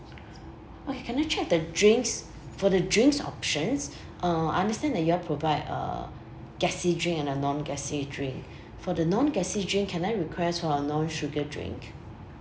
oh can I check the drinks for the drinks options uh I understand that you all provide a gassy drink and a non-gassy drink for the non-gassy drink can I request for a non-sugar drink